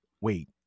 Wait